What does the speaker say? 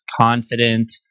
confident